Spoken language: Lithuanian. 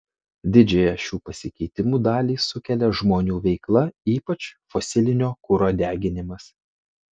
didžiąją šių pasikeitimų dalį sukelia žmonių veikla ypač fosilinio kuro deginimas